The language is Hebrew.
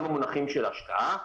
גם במונחים של השקעה,